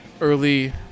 early